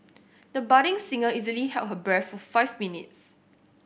the budding singer easily held her breath for five minutes